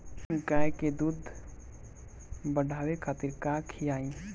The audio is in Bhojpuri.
गाय के दूध बढ़ावे खातिर का खियायिं?